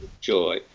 joy